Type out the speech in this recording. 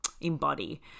embody